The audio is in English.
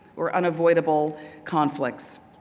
or unavoidable conflicts.